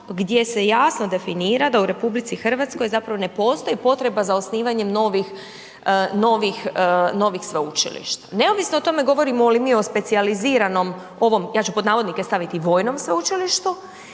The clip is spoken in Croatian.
gdje se jasno definira da u RH zapravo ne postoji potreba za osnivanjem novih, novih, novih sveučilišta, neovisno o tome govorimo li mi o specijaliziranom ovom, ja ću pod navodnike staviti „vojnom sveučilištu“